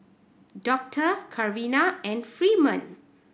Doctor Carina and Freeman